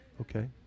okay